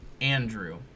Andrew